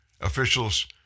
Officials